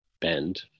bend